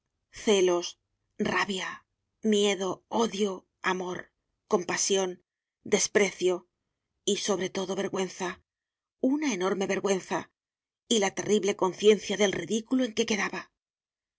celos rabia miedo odio amor compasión desprecio y sobre todo vergüenza una enorme vergüenza y la terrible conciencia del ridículo en que quedaba